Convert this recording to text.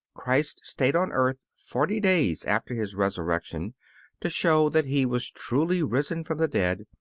christ stayed on earth forty days after his resurrection to show that he was truly risen from the dead,